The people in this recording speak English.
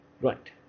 Right